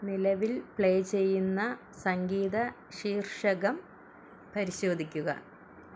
നിലവിൽ പ്ലേ ചെയ്യുന്ന സംഗീത ശീർഷകം പരിശോധിക്കുക